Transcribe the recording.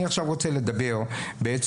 אני עכשיו רוצה לדבר בעצם,